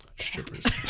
strippers